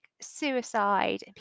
suicide